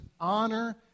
honor